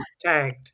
tagged